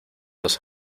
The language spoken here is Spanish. dos